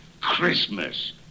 Christmas